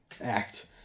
act